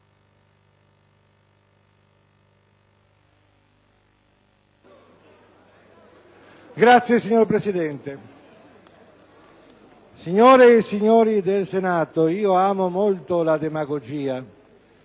*(PdL)*. Signor Presidente, signore e signori del Senato, io amo molto la demagogia